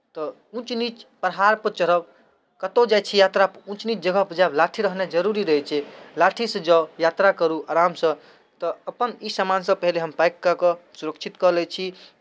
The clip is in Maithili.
तऽ ऊँच नीच पहाड़पर चढ़ब कतहु जाइ छी यात्रापर ऊँच नीच जगहपर जायब लाठी रहनाइ जरूरी रहै छै लाठीसँ जाउ यात्रा करू आरामसँ तऽ अपन ई सामानसभ पहिले हम पैक कऽ कऽ सुरक्षित कऽ लै छी